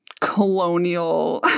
colonial